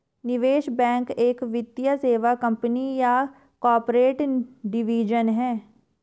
निवेश बैंक एक वित्तीय सेवा कंपनी या कॉर्पोरेट डिवीजन है